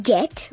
Get